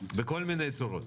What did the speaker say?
בכל מיני צורות.